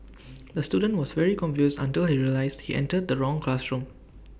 the student was very confused until he realised he entered the wrong classroom